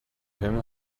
him